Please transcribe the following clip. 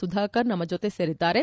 ಸುಧಾಕರ್ ನಮ್ನ ಜೊತೆ ಸೇರಿದ್ದಾರೆ